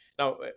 Now